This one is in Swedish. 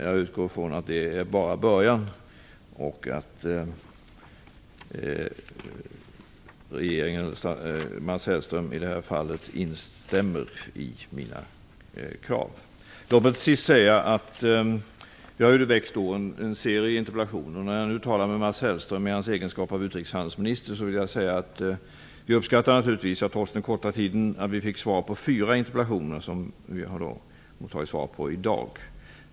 Jag utgår från att detta är början och att Mats Hellström instämmer i mina krav. Det har väckts en serie interpellationer. När jag nu talar med Mats Hellström i hans egenskap av utrikeshandelsminister vill jag säga att vi naturligtvis uppskattar att trots den korta svarstiden har vi fått svar på fyra interpellationer. Vi har fått svar på dem i dag.